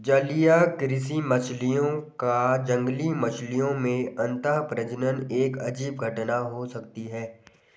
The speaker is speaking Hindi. जलीय कृषि मछलियों का जंगली मछलियों में अंतःप्रजनन एक अजीब घटना हो सकती है